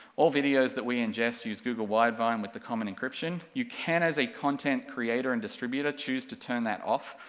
all videos that we ingest use google widevine with the common encryption, you can as a content creator and distributor choose to turn that off,